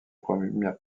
premières